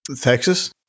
Texas